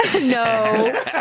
No